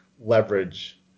leverage